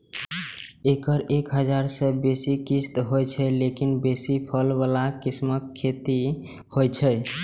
एकर एक हजार सं बेसी किस्म होइ छै, लेकिन बेसी फल बला किस्मक खेती होइ छै